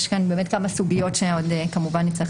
יש כאן באמת כמה סוגיות שעוד כמובן נצטרך